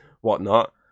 whatnot